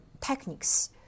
techniques